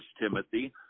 Timothy